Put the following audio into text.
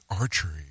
archery